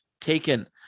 taken